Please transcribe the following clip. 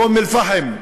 באום-אלפחם,